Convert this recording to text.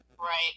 Right